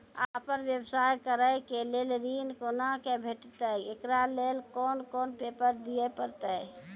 आपन व्यवसाय करै के लेल ऋण कुना के भेंटते एकरा लेल कौन कौन पेपर दिए परतै?